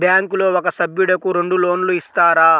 బ్యాంకులో ఒక సభ్యుడకు రెండు లోన్లు ఇస్తారా?